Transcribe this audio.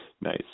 Nice